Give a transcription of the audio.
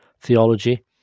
theology